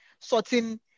sorting